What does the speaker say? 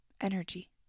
energy